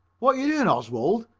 what yer doin', oswald?